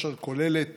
אשר כולל את